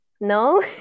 no